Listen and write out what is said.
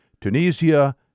Tunisia